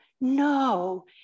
no